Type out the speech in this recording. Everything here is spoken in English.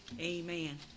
Amen